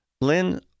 Lynn